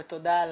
ותודה,